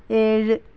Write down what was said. ഏഴ്